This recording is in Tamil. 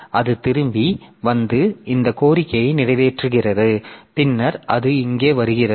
எனவே அது திரும்பி வந்து இந்த கோரிக்கையை நிறைவேற்றுகிறது பின்னர் அது இங்கே வருகிறது